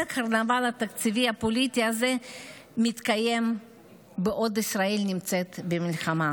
כל הקרנבל התקציבי הפוליטי הזה מתקיים בעוד ישראל נמצאת במלחמה.